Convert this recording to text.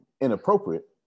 Inappropriate